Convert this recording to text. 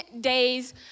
days